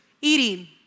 eating